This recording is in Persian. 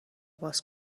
باز